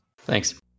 Thanks